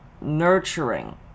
nurturing